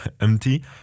empty